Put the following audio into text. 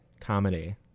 comedy